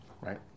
right